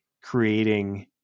creating